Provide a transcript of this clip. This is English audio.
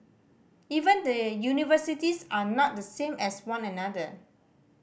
even the universities are not the same as one another